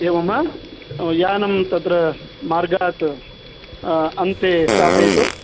एवं वा यानं तत्र मार्गात् अन्ते स्थापयतु